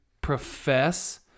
profess